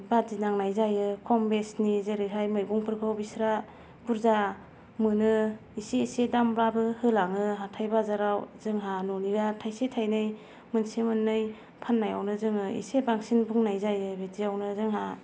बादि नांनाय जायो खम बेसनि जेरैहाय मैगंफोरखौ बिसोरो बुरजा मोनो एसे एसे दामब्लाबो होलाङो हाथाय बाजाराव जोंहा न'निया थाइसे थाइनै मोनसे मोननै फाननायावनो जोङो एसे बांसिन बुंनाय जायो बिदियावनो जोंहा